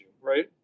right